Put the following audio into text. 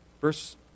Verse